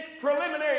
preliminary